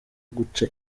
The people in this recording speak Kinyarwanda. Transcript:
guca